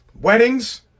weddings